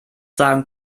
sagen